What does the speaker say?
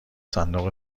صندوق